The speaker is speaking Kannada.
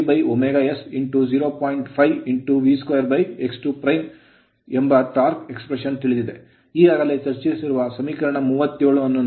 5 V 2x2 ಎಂಬ torque ಟಾರ್ಕ್ expression ಅಭಿವ್ಯಕ್ತಿ ತಿಳಿದಿದೆ ಈಗಾಗಲೇ ಚರ್ಚಿಸಿರುವ ಸಮೀಕರಣ 37 ಅನ್ನು ನೋಡಿ